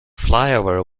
flyover